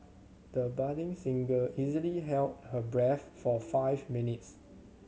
the budding singer easily held her breath for five minutes